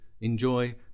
Enjoy